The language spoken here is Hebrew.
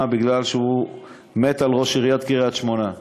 בגלל שהוא מת על ראש עיריית קריית-שמונה,